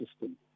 system